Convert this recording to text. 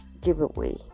giveaway